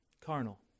Carnal